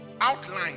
outline